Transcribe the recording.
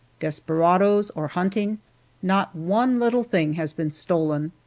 desperadoes, or hunting not one little thing has been stolen.